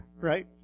right